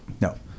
No